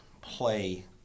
play